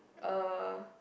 uh